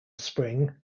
spring